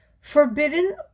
forbidden